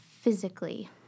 physically